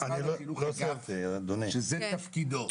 במשרד החינוך יש אגף שזה תפקידו.